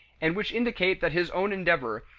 and which indicate that his own endeavor,